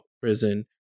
prison